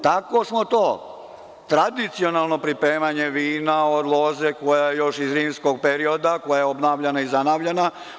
Tako smo to tradicionalno pripremanje vina od loze koja je još iz rimskog perioda, koja je obnavljana i zanavljana…